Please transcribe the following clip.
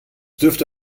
dürfte